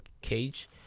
cage